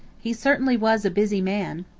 he certainly was a busy man!